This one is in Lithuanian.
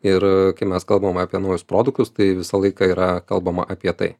ir kai mes kalbam apie naujus produktus tai visą laiką yra kalbama apie tai